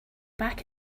back